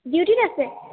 ডিউটিত আছে